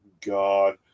God